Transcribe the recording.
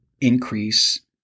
increase